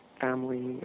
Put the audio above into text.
family